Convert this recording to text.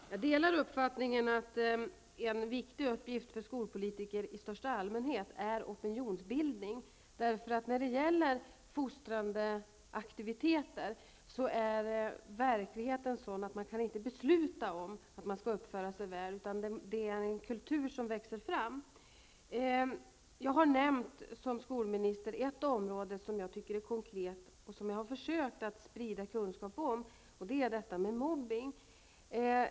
Herr talman! Jag delar uppfattningen att en viktig uppgift för skolpolitiker i största allmänhet är opinionsbildning. När det gäller fostrande aktiviteter är verkligheten sådan att man inte kan besluta om att eleverna skall uppföra sig väl, utan det är en kultur som växer fram. En konkret fråga som jag som skolminister har försökt att sprida kunskap om är detta med mobbning.